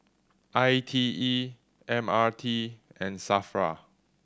I T E M R T and SAFRA